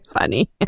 funny